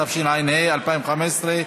התשע"ה 2015,